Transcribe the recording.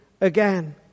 again